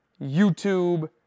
YouTube